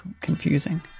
confusing